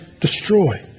destroy